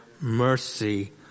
mercy